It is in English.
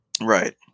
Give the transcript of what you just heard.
right